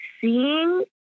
seeing